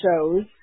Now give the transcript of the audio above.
shows